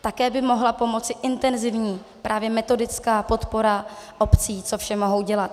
Také by mohla pomoci intenzivní metodická podpora obcí, co vše mohou dělat.